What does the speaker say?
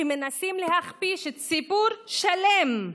מנסים להכפיש ציבור שלם,